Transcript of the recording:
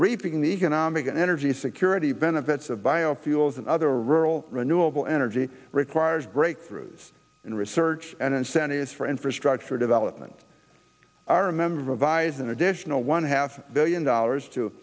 reaping the economic and energy security benefits of biofuels and other rural renewable energy requires breakthroughs in research and incentives for infrastructure development i remember revise an additional one half billion dollars to